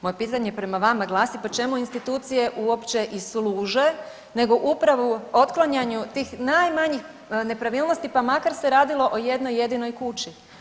Moje pitanje prema glasi pa čemu institucije uopće i služe nego upravo otklanjanju tih najmanjih nepravilnosti pa makar se radilo o jednoj jedinoj kući.